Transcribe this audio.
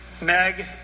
Meg